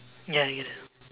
ya I get it